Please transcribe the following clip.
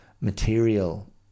material